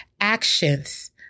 actions